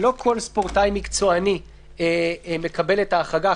שלא כל ספורטאי מקצועני מקבל את ההחרגה.